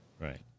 Right